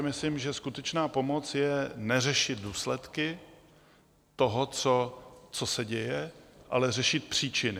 Myslím si, že skutečná pomoc je neřešit důsledky toho, co se děje, ale řešit příčiny.